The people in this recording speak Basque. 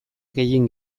gehien